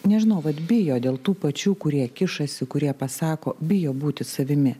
nežinau vat bijo dėl tų pačių kurie kišasi kurie pasako bijo būti savimi